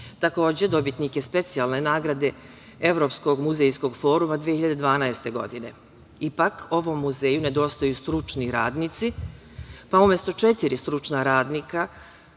Takođe, dobitnik je specijalne nagrade Evropskog muzejskog foruma 2012. godine. Ipak, ovom muzeju nedostaju stručni radnici, pa umesto četiri stručna radnika